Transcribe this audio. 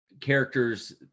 characters